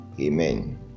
Amen